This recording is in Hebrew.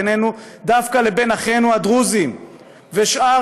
בינינו דווקא לבין אחינו הדרוזים ולשאר